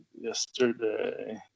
Yesterday